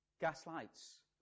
gaslights